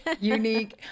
unique